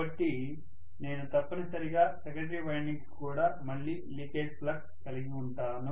కాబట్టి నేను తప్పనిసరిగా సెకండరీ వైండింగ్ కి కూడా మళ్లీ లీకేజీ ఫ్లక్స్ కలిగివుంటాను